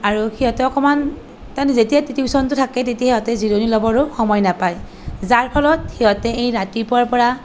আৰু সিহঁতে অকণমান তাহাঁতি যেতিয়াই টিউচনটো থাকে তেতিয়া সিহঁতে জিৰণি ল'বৰো সময় নাপায় যাৰ ফলত সিহঁতে সেই ৰাতিপুৱাৰ পৰা